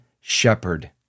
shepherd